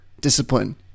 discipline